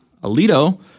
Alito